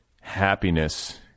happiness